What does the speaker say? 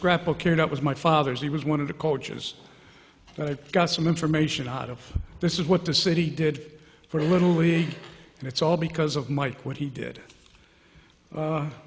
scrapbook carried out was my father's he was one of the coaches that i got some information out of this is what the city did for the little league and it's all because of mike what he did